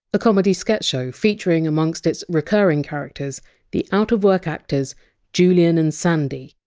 ah comedy sketches featuring amongst its recurring characters the out of work actors julian and sandy.